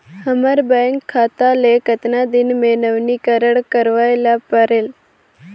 हमर बैंक खाता ले कतना दिन मे नवीनीकरण करवाय ला परेल?